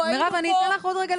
לא,